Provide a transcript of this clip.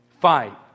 Fight